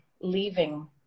leaving